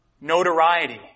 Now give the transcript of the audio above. notoriety